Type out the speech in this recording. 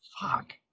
fuck